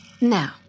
Now